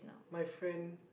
my friend